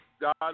God